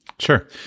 Sure